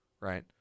right